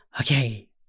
okay